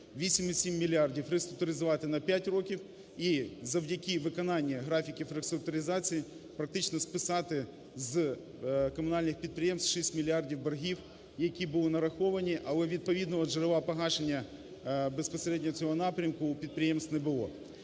8,7 мільярдів реструктуризувати на 5 років, і завдяки виконання графіків реструктуризації практично списати з комунальних підприємств 6 мільярдів боргів, які були нараховані, але відповідного джерела погашення безпосередньо цього напрямку у підприємств не було.